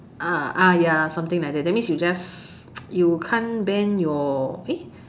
uh ah ya something like that that means you just you can't bend your eh